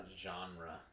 genre